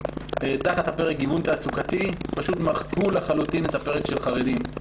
תחת הפרק "גיוון תעסוקתי" פשוט מחקו לחלוטין את הפרק של החרדים.